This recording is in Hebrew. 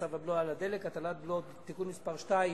צו הבלו על הדלק (הטלת בלו) (תיקון מס' 2),